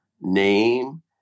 name